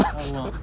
!alamak!